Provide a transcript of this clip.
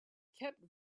kept